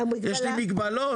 יש לי מגבלות?